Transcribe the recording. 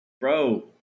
bro